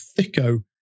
thicko